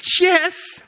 yes